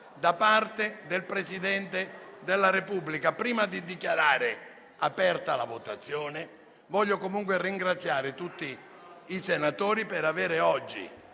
da parte del Presidente della Repubblica». Prima di dichiarare aperta la votazione, voglio comunque ringraziare tutti i senatori per avere oggi,